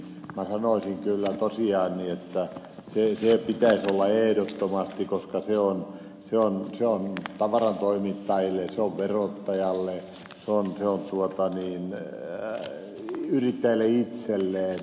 minä sanoisin kyllä tosiaan niin että se pitäisi olla ehdottomasti koska se on tavarantoimittajille se on verottajalle se on yrittäjälle itselleen halpa maksu